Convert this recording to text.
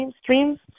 streams